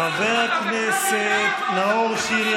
חבר הכנסת נאור שירי,